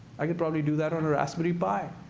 i could probably do that on a raspberry pi.